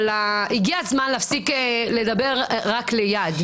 אבל הגיע הזמן להפסיק לדבר רק ליד,